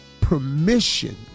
permission